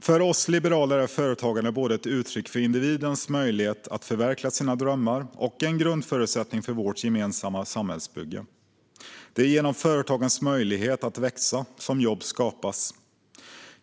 För oss liberaler är företagandet både ett uttryck för individens möjlighet att förverkliga sina drömmar och en grundförutsättning för vårt gemensamma samhällsbygge. Det är genom företagens möjlighet att växa som jobb skapas.